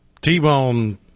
T-bone